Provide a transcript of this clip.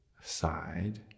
side